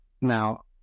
Now